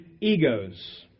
egos